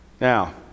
Now